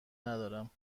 ندارم